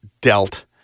dealt –